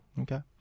Okay